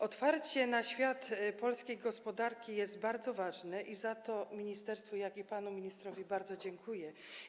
Otwarcie na świat polskiej gospodarki jest bardzo ważne i za to ministerstwu, jak i panu ministrowi bardzo dziękuję.